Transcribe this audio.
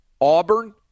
Auburn